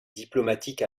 diplomatique